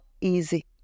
easy